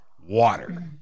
water